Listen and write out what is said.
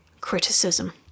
criticism